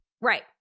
right